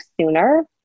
sooner